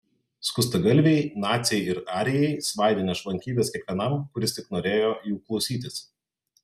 skustagalviai naciai ir arijai svaidė nešvankybes kiekvienam kuris tik norėjo jų klausytis